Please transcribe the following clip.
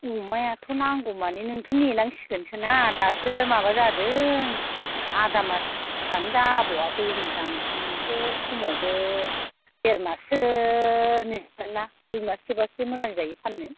अमायाथ' नांगौ माने नोंथ' नेनांसिगोनसोना दासो माबा जादों आदामासआनो जाबावाखैनो खोमा नोंथ' खमावबो देरमाससो नेनांगोनखोमा देरमाससो बासो मोजां जायो फाननो